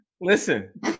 listen